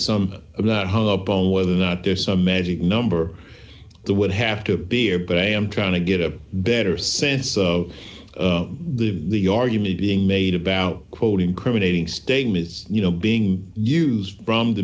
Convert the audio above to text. some of that hung up on whether or not there some magic number the would have to appear but i am trying to get a better sense of the argument being made about quote incriminating statements you know being used from the